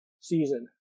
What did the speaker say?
season